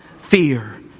fear